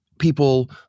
people